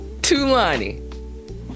tulani